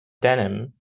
denham